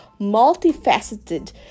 multifaceted